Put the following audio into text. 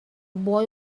boy